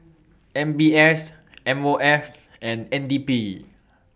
M B S M O F and N D P